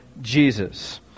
Jesus